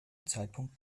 zeitpunkt